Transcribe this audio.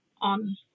on